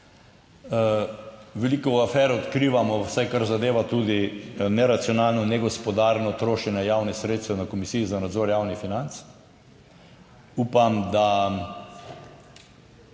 Veliko afer odkrivamo, vsaj kar zadeva tudi neracionalno, negospodarno trošenje javnih sredstev, na Komisiji za nadzor javnih financ. Upam, da